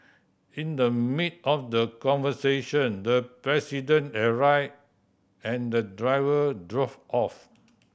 in the mid of the conversation the president arrived and the driver drove off